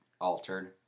altered